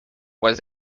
was